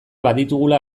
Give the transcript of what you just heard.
baditugula